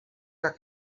que